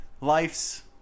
Life's